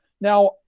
Now